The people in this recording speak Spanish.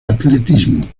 atletismo